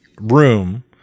room